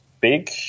big